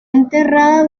enterrada